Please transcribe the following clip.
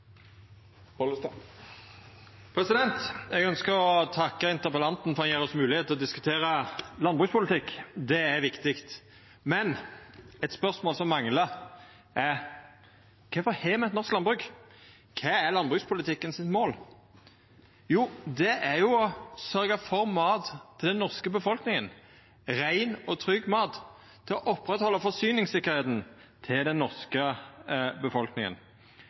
Eg ønskjer å takka interpellanten for at han gjev oss anledning til å diskutera landbrukspolitikk. Det er viktig. Men eit spørsmål som manglar, er: Kvifor har me eit norsk landbruk? Kva er målet med landbrukspolitikken ? Jo, det er å sørgja for mat til den norske befolkninga – rein og trygg mat – og å oppretthalda forsyningssikkerheita til den norske befolkninga.